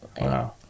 Wow